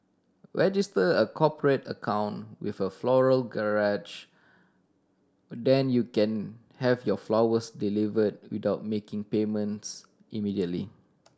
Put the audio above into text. register a cooperate account with a Floral Garage then you can have your flowers delivered without making payments immediately